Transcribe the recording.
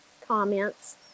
comments